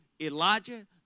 Elijah